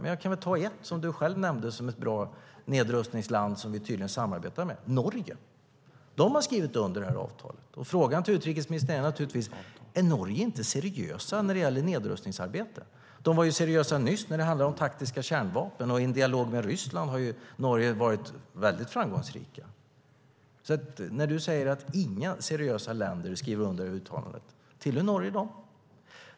Men jag kan väl ta upp ett, som du själv nämnde som ett bra nedrustningsland och som vi tydligen samarbetar med: Norge. De har skrivit under det här avtalet. Frågan till utrikesministern är naturligtvis: Är Norge inte seriöst när det gäller nedrustningsarbete? De var ju seriösa nyss när det handlade om taktiska kärnvapen. Och i en dialog med Ryssland har ju Norge varit väldigt framgångsrikt. Du säger att inga seriösa länder skriver under uttalandet. Tillhör Norge dem?